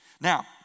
Now